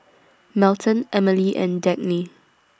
Melton Emmalee and Dagny